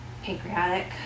pancreatic